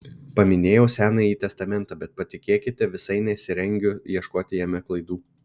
paminėjau senąjį testamentą bet patikėkite visai nesirengiu ieškoti jame klaidų